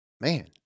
Man